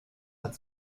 hat